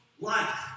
life